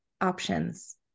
options